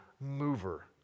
mover